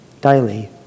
daily